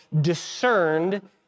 discerned